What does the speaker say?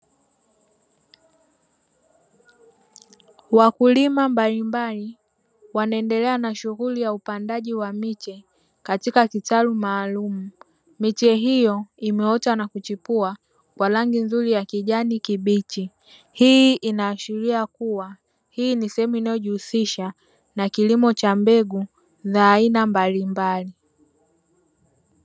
Wakulima mbalimbali, wanaendelea na shughuli ya upandaji wa miche katika kitalu maalumu. Miche hiyo imeota na kuchepua kwa rangi nzuri ya kijani kibichi. Hii inaashiria kuwa hii ni sehemu inayojihusisha na kilimo cha mbegu za aina mbalimbali.